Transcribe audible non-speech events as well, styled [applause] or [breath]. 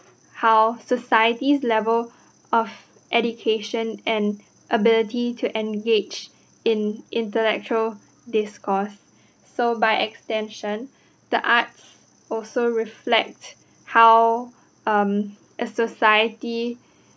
how society's level of education and ability to engage in intellectual discourse [breath] so by extension [breath] the arts also reflect how um a society